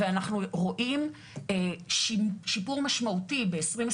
ואנחנו רואים שיפור משמעותי ב-2021.